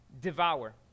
devour